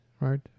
right